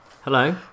hello